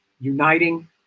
uniting